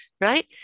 Right